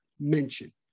mention